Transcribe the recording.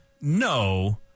No